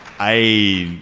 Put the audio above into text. i.